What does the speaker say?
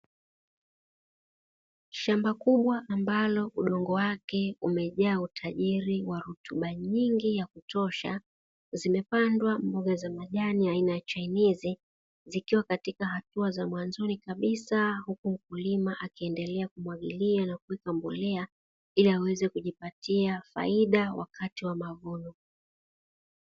Shamba kubwa ambalo udongo wake umejaa utajiri wa rutuba nyingi ya kutosha, zimepandwa mboga za majani aina ya chainizi, zikiwa katika hatua za mwanzoni kabisa. Huku mkulima akiendelea kumwagilia na kuweka mbolea ili aweze kujipatia faida wakati wa mavuno.